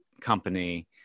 company